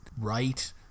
right